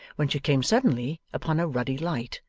when she came suddenly upon a ruddy light,